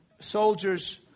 soldiers